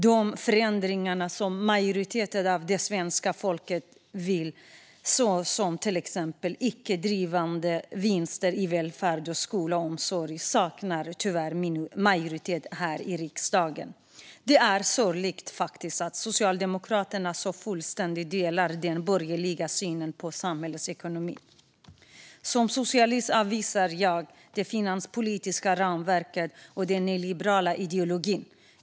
De förändringar som majoriteten av det svenska folket vill ha, till exempel icke vinstdrivande välfärdsföretag i vård, skola och omsorg, saknar tyvärr majoritet här i riksdagen. Det är faktiskt sorgligt att Socialdemokraterna så fullständigt delar den borgerliga synen på samhällets ekonomi. Som socialist avvisar jag det finanspolitiska ramverket och den nyliberala ideologin.